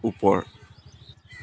ওপৰ